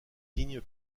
signe